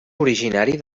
originari